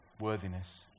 worthiness